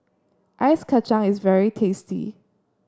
Ice Kacang is very tasty